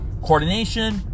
coordination